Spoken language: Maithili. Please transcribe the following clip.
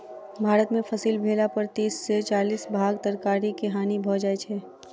भारत में फसिल भेला पर तीस से चालीस भाग तरकारी के हानि भ जाइ छै